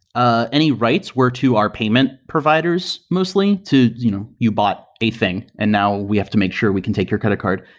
ah any writes were to our payment providers mostly. you know you bought a thing and now we have to make sure we can take your credit card.